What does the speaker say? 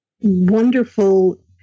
wonderful